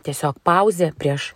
tiesiog pauzė prieš